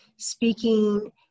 speaking